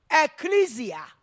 Ecclesia